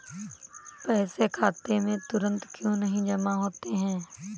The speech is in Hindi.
पैसे खाते में तुरंत क्यो नहीं जमा होते हैं?